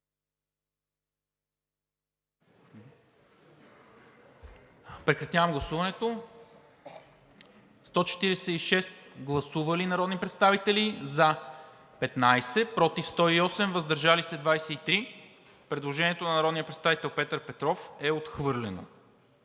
предложението. Гласували 146 народни представители: за 15, против 108, въздържали се 23. Предложението на народния представител Петър Петров е отхвърлено.